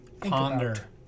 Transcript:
ponder